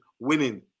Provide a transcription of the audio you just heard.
winning